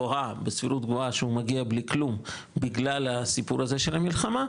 בסבירות גבוהה שהוא מגיע בלי כלום בגלל הסיפור הזה של המלחמה,